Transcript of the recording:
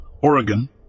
Oregon